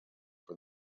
for